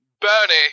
Bernie